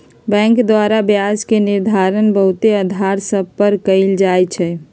bank द्वारा ब्याज के निर्धारण बहुते अधार सभ पर कएल जाइ छइ